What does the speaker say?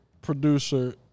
producer